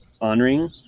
honoring